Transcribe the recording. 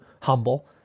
humble